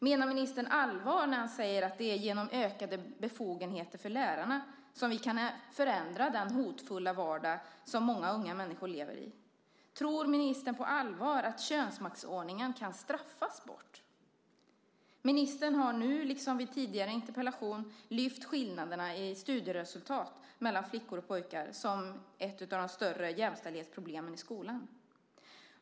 Menar ministern allvar när han säger att det är genom ökade befogenheter för lärarna som vi kan förändra den hotfulla vardag som många unga människor lever i? Tror ministern på allvar att könsmaktsordningen kan straffas bort? Ministern har nu, liksom vid tidigare interpellation, lyft fram skillnaderna i studieresultat mellan flickor och pojkar som ett av de större jämställdhetsproblemen i skolan.